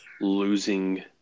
losing